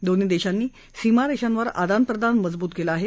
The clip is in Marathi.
दोन्ही देशांनी सीमारेषांवर आदानप्रदान मजबूत केलं आहे